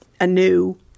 anew